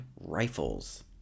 rifles